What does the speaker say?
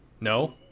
No